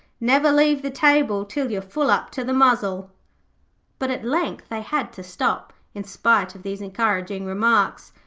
never leave the table till you're full up to the muzzle but at length they had to stop, in spite of these encouraging remarks,